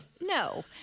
no